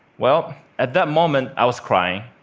well, at that moment, i was crying.